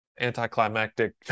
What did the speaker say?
Anticlimactic